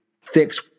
fix